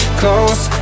close